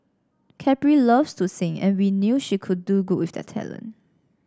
Capri loves to sing and we knew she could do good with that talent